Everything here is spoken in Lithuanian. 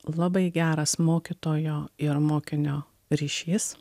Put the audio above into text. labai geras mokytojo ir mokinio ryšys